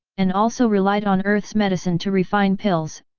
and also relied on earth's medicine to refine pills,